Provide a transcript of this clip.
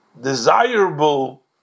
desirable